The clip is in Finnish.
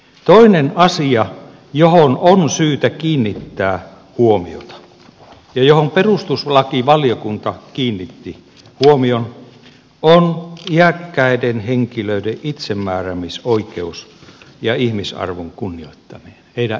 toinen asia johon on syytä kiinnittää huomiota ja johon perustuslakivaliokunta kiinnitti huomion on iäkkäiden henkilöiden itsemääräämisoikeus ja heidän ihmisarvonsa kunnioittaminen